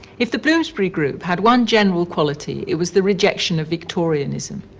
if the bloomsbury group had one general quality, it was the rejection of victorianism.